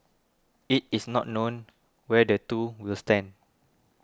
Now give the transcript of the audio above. it is not known where the two will stand